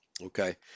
Okay